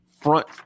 front